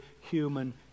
human